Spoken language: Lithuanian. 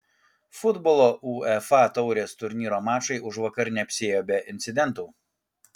futbolo uefa taurės turnyro mačai užvakar neapsiėjo be incidentų